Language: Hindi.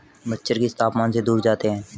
मच्छर किस तापमान से दूर जाते हैं?